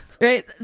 right